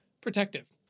protective